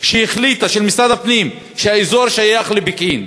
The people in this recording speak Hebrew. של משרד הפנים, שהחליטה שהאזור שייך לפקיעין,